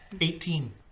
Eighteen